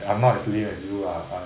I'm not as lame as you lah but